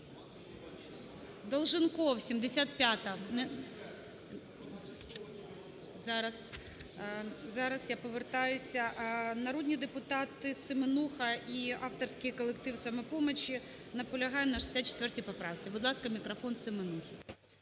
Долженков, 75-а. Зараз, я повертаюся. Народні депутати Семенуха і авторський колектив "Самопомочі" наполягають на 64 поправці. Будь ласка, мікрофон Семенусі.